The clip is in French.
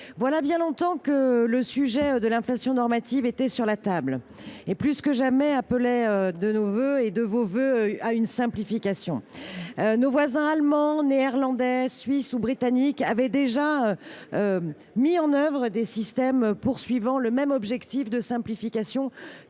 Voilà bien longtemps que le sujet de l’inflation normative était sur la table ; plus que jamais, il appelait de nos vœux, comme des vôtres, à une simplification. Nos voisins allemands, néerlandais, suisses ou britanniques avaient déjà mis en œuvre des systèmes ayant le même objectif de simplification